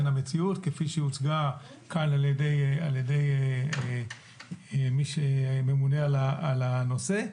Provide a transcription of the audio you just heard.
המציאות כפי שהוצגה כאן על ידי מי שממונה על הנושא.